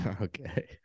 Okay